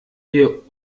wir